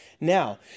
now